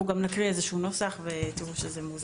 אנחנו גם נקריא איזשהו נוסח ותראו שזה מאוזן.